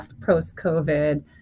post-COVID